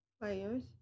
players